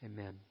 Amen